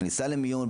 בכניסה למיון,